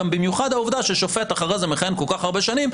במיוחד העובדה ששופט אחרי זה מכהן כל כך הרבה שנים,